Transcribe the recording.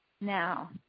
Now